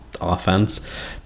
offense